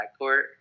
backcourt